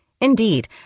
Indeed